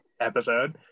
episode